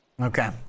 Okay